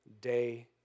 day